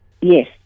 Yes